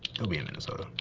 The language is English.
it would be in minnesota,